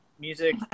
music